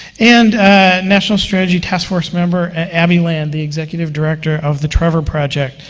and national strategy taskforce member abby lan, the executive director of the trevor project,